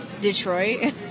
Detroit